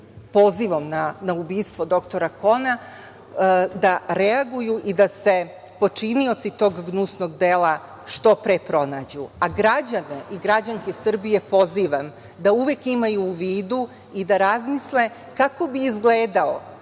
pozivom na ubistvo dr Kona, da reaguju i da se počinioci tog gnusnog dela što pre pronađu. Građane i građanke Srbije pozivam da uvek imaju u vidu i da razmisle kako bi izgledao